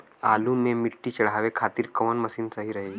आलू मे मिट्टी चढ़ावे खातिन कवन मशीन सही रही?